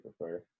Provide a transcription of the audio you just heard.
prefer